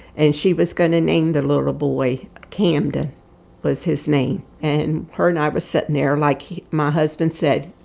and she was going to name the little boy camden was his name. and her and i were sitting there. like my husband said,